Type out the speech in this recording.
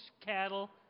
cattle